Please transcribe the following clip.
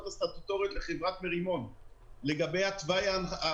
הסטטוטוריות לחברת מרימון לגבי התוואי.